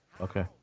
Okay